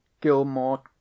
Gilmore